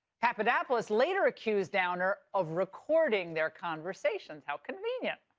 papadopoulos later accused downer of recording their conversations, how convenient.